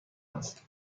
است